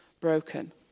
broken